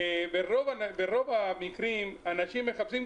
ברוב המקרים אנשים מחפשים,